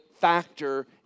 factor